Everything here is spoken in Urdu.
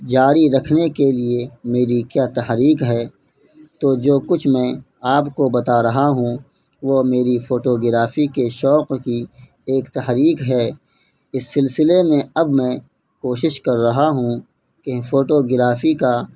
جاری رکھنے کے لیے میری کیا تحریک ہے تو جو کچھ میں آپ کو بتا رہا ہوں وہ میری فوٹوگرافی کے شوق کی ایک تحریک ہے اس سلسلے میں اب میں کوشش کر رہا ہوں کہ فوٹوگرافی کا